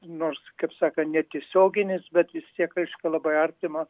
nors kaip sakant netiesioginis bet vis tiek reiškia labai artima